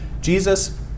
Jesus